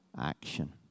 action